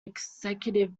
executive